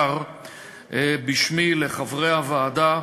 בשמי, לחברי הוועדה,